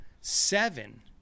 seven